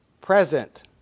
present